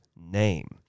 name